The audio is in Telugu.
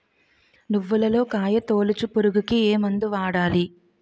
నువ్వులలో కాయ తోలుచు పురుగుకి ఏ మందు వాడాలి?